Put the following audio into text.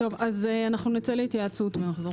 אנחנו נצא להתייעצות ונחזור.